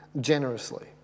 generously